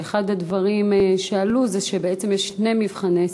שאחד הדברים שעלו זה שבעצם יש שני מבחני סינון: